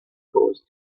cause